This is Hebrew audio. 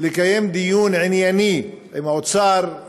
לקיים דיון ענייני עם האוצר,